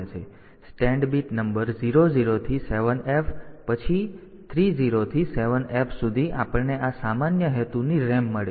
તેથી stand bit number 00 થી 7F પછી 30 થી 7F સુધી આપણને આ સામાન્ય હેતુની RAM મળી છે